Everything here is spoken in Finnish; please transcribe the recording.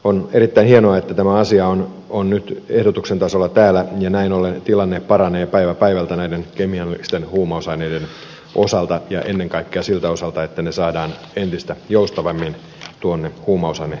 on erittäin hienoa että tämä asia on nyt ehdotuksen tasolla täällä ja näin ollen tilanne paranee päivä päivältä näiden kemiallisten huumausaineiden osalta ja ennen kaikkea siltä osalta että ne saadaan entistä joustavammin huumausainelakiin mukaan